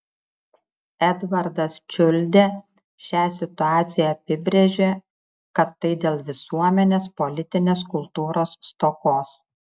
edvardas čiuldė šią situaciją apibrėžė kad tai dėl visuomenės politinės kultūros stokos